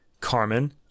Carmen